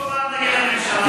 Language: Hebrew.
לא רע נגד הממשלה.